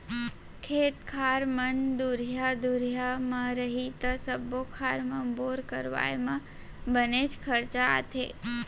खेत खार मन दुरिहा दुरिहा म रही त सब्बो खार म बोर करवाए म बनेच खरचा आथे